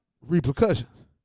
repercussions